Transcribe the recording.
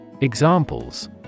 Examples